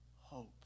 hope